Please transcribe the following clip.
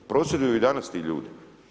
Prosvjeduju i danas ti ljudi.